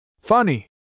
Funny